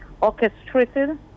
orchestrated